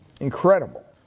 incredible